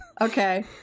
Okay